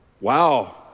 wow